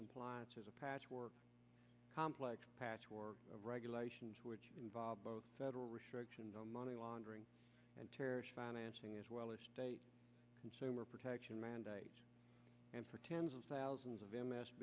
compliance is a patchwork complex patchwork of regulations which involve both federal restrictions on money laundering and terrorist financing as well as consumer protection mandates and for tens of thousands of m